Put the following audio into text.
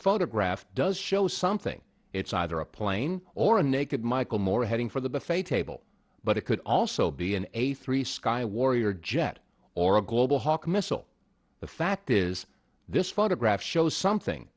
photograph does show something it's either a plane or a naked michael moore heading for the buffet table but it could also be an a three sky warrior jet or a global hawk missile the fact is this photograph shows something